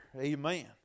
amen